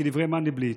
כדברי מנדלבליט.